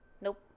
Nope